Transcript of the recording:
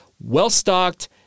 well-stocked